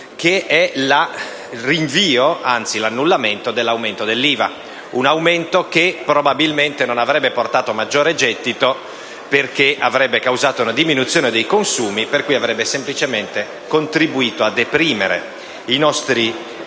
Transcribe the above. anzi l'annullamento dell'aumento dell'IVA: un aumento che probabilmente non avrebbe portato maggiore gettito perché avrebbe causato una diminuzione dei nostri consumi, per cui avrebbe semplicemente contribuito a deprimerli, con tutto